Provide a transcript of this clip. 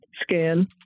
scan